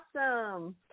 Awesome